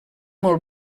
molt